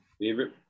Favorite